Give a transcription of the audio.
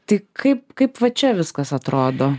tai kaip kaip va čia viskas atrodo